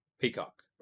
Peacock